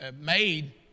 made